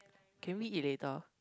can we eat later